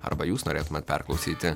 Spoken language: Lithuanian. arba jūs norėtumėt perklausyti